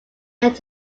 yet